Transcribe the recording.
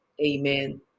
amen